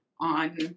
on